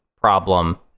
problem